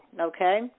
okay